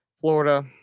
Florida